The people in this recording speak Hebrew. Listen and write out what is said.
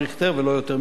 ולא יותר מכך,